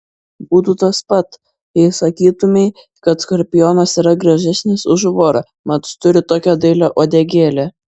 būtų tas pat jei sakytumei kad skorpionas yra gražesnis už vorą mat turi tokią dailią uodegėlę